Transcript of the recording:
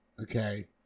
okay